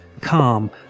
calm